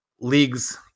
leagues